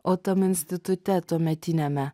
o tam institute tuometiniame